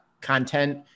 content